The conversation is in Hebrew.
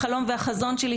החלום והחזון שלי,